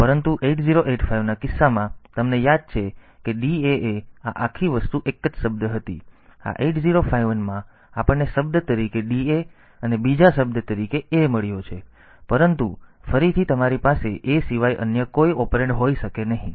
પરંતુ 8085 ના કિસ્સામાં તમને યાદ છે કે DAA આ આખી વસ્તુ એક જ શબ્દ હતી આ 8051 માં આપણને શબ્દ તરીકે DA અને બીજા શબ્દ તરીકે A મળ્યો છે પરંતુ ફરીથી તમારી પાસે A સિવાય અન્ય કોઈ ઓપરેન્ડ હોઈ શકે નહીં